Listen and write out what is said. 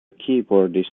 keyboardist